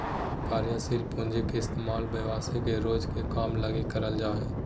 कार्यशील पूँजी के इस्तेमाल व्यवसाय के रोज के काम लगी करल जा हय